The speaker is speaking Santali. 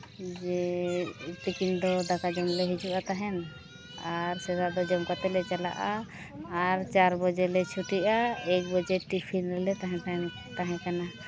ᱡᱮ ᱛᱤᱠᱤᱱ ᱫᱚ ᱫᱟᱠᱟ ᱡᱚᱢ ᱞᱮ ᱦᱤᱡᱩᱜᱼᱟ ᱛᱟᱦᱮᱫ ᱟᱨ ᱥᱮᱛᱟᱜ ᱫᱚ ᱡᱚᱢ ᱠᱟᱛᱮᱫ ᱞᱮ ᱪᱟᱞᱟᱜᱼᱟ ᱟᱨ ᱪᱟᱨ ᱵᱟᱡᱮ ᱞᱮ ᱪᱷᱩᱴᱤᱜᱼᱟ ᱮᱠ ᱵᱟᱡᱮ ᱴᱤᱯᱷᱤᱱ ᱨᱮᱞᱮ ᱛᱟᱦᱮᱱ ᱛᱟᱦᱮᱸᱫ ᱠᱟᱱᱟ